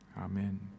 Amen